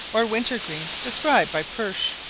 or winter-green, described by pursh,